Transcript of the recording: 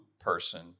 person